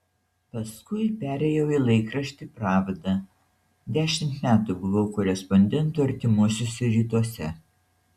paskui perėjau į laikraštį pravda dešimt metų buvau korespondentu artimuosiuose rytuose